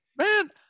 man